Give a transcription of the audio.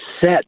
set